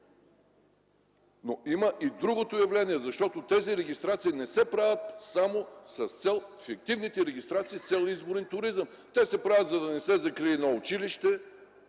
обаче и друго явление. Тези регистрации не се правят само с цел фиктивните регистрации с цел изборен туризъм – те се правят, за да не се закрие едно училище.